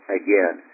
again